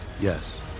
yes